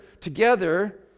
together